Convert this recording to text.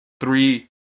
three